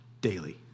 daily